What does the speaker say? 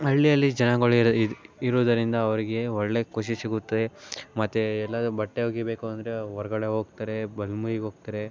ಹಳ್ಳಿಯಲ್ಲಿ ಜನಗಳು ಇರುವುದರಿಂದ ಅವರಿಗೆ ಒಳ್ಳೆಯ ಖುಷಿ ಸಿಗುತ್ತೆ ಮತ್ತು ಎಲ್ಲದೂ ಬಟ್ಟೆ ಒಗಿಬೇಕು ಅಂದರೆ ಹೊರಗಡೆ ಹೋಗ್ತಾರೆ ಬಲಮುರಿಗೋಗ್ತಾರೆ